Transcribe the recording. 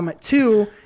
Two